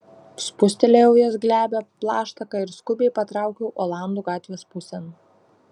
spustelėjau jos glebią plaštaką ir skubiai patraukiau olandų gatvės pusėn